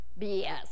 BS